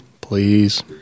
Please